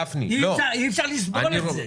אי-אפשר לסבול את זה.